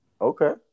Okay